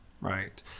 right